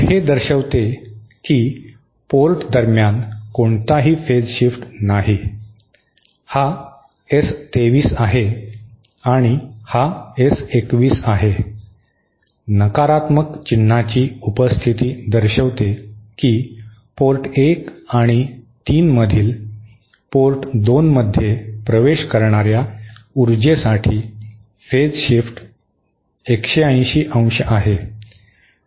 तर हे दर्शविते की पोर्ट दरम्यान कोणताही फेज शिफ्ट नाही हा एस 23 आहे आणि हा एस 21 आहे नकारात्मक चिन्हाची उपस्थिती दर्शविते की पोर्ट 1 आणि 3 मधील पोर्ट 2 मध्ये प्रवेश करणाऱ्या उर्जेसाठी फेज शिफ्ट 180° आहे